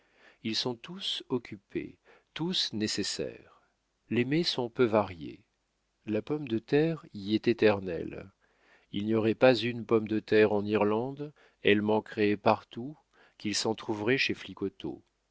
ils sont tous occupés tous nécessaires les mets sont peu variés la pomme de terre y est éternelle il n'y aurait pas une pomme de terre en irlande elle manquerait partout qu'il s'en trouverait chez